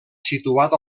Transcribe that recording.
situat